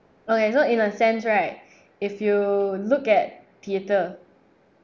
okay so in a sense right if you look at theater